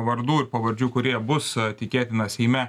vardų ir pavardžių kurie bus tikėtina seime